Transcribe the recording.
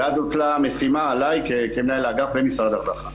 ואז הוטלה המשימה עלי כמנהל האגף במשרד הרווחה.